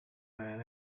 man